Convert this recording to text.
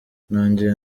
nongeye